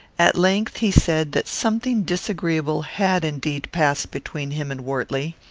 at length he said that something disagreeable had indeed passed between him and wortley.